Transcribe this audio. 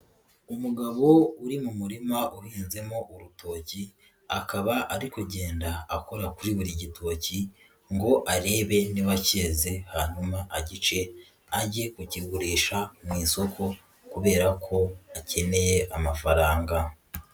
Umugabo uri mu murima uhinzemo urutoki, akaba ari kugenda akora kuri buri gitoki ngo arebe niba cyeze, hanyuma agice ajye kugigurisha mu isoko kubera ko akeneye amafaranga.